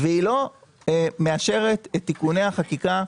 והיא לא מאשרת את תיקוני החקיקה,